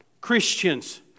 Christians